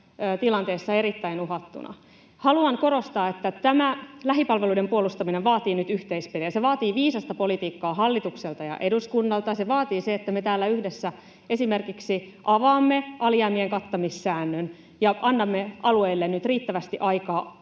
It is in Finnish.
tilanteessa erittäin uhattuna. Haluan korostaa, että tämä lähipalveluiden puolustaminen vaatii nyt yhteispeliä. Se vaatii viisasta politiikkaa hallitukselta ja eduskunnalta. Se vaatii sen, että me täällä yhdessä esimerkiksi avaamme alijäämien kattamissäännön ja annamme alueille nyt riittävästi aikaa